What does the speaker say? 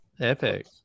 Epic